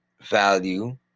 value